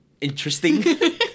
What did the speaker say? interesting